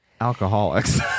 alcoholics